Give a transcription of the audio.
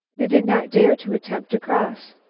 they did not dare to attempt to cross.